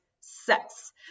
sex